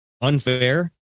unfair